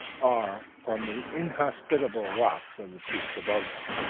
are from the inhospitable rocks on the peaks above them.